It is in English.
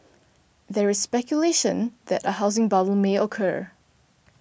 there is speculation that a housing bubble may occur